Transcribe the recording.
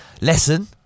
lesson